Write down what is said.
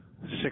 Six